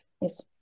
Yes